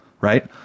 right